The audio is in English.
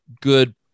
good